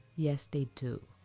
yes, they do!